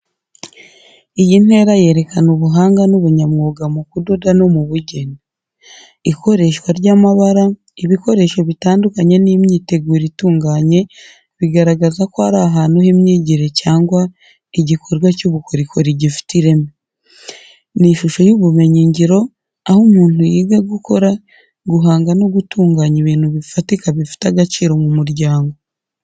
Iyi ntera yerekana ubuhanga n’ubunyamwuga mu kudoda no mu bugeni. Ikoreshwa ry’amabara, ibikoresho bitandukanye n’imyiteguro itunganye bigaragaza ko ari ahantu h’imyigire cyangwa igikorwa cy’ubukorikori gifite ireme. Ni ishusho y’ubumenyi ngiro, aho umuntu yiga gukora, guhanga no gutunganya ibintu bifatika bifite agaciro mu muryango.